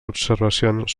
observacions